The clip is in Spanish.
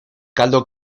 caldo